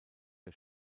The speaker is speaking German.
der